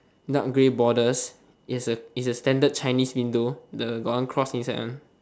dark gray borders it has a~ it has a standard chinese window the got one cross inside one